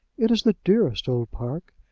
it is the dearest old park.